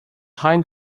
hind